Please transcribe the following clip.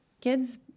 kids